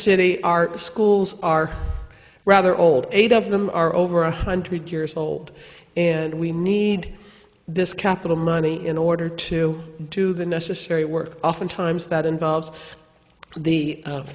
city our schools are rather old eight of them are over one hundred years old and we need this capital money in order to do the necessary work often times that involves the